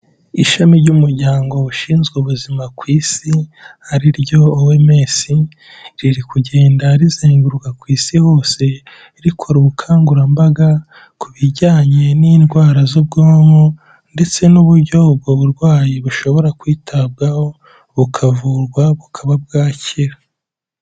Ishami ry'umuryango ushinzwe ubuzima ku isi ari ryo OMS, riri kugenda rizenguruka ku isi hose rikora ubukangurambaga ku bijyanye n'indwara z'ubwonko ndetse n'uburyo ubwo burwayi bushobora kwitabwaho, bukavurwa bukaba bwakira.